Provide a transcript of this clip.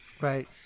Right